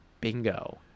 bingo